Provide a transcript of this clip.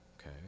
okay